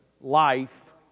life